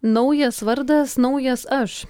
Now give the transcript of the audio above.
naujas vardas naujas aš